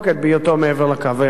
בהיותו מעבר ל"קו הירוק".